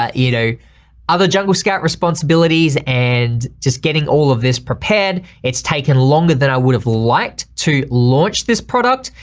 ah you know other jungle scout responsibilities and just getting all of this prepared, it's taken longer than i would've liked to launch this product.